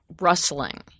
rustling